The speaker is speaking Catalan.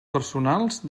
personals